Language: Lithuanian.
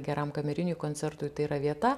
geram kameriniui koncertui tai yra vieta